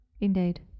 Indeed